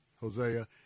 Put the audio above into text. Hosea